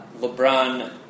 LeBron